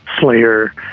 Slayer